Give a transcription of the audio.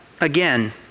again